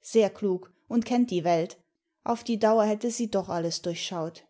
sehr klug und kennt die welt auf die dauer hätte sie doch alles durchschaut